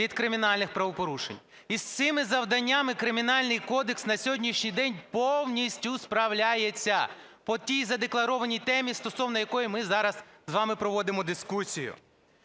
від кримінальних правопорушень. І з цими завданнями Кримінальний кодекс на сьогоднішній день повністю справляється по тій задекларованій темі, стосовно якої ми зараз з вами проводимо дискусію.